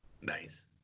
Nice